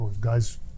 guys